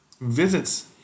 visits